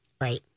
Right